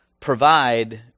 provide